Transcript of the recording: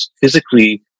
physically